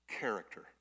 character